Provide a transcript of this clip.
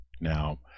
Now